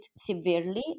severely